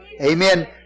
Amen